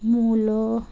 মুলো